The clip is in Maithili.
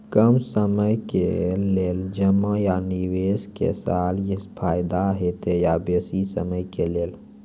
कम समय के लेल जमा या निवेश केलासॅ फायदा हेते या बेसी समय के लेल?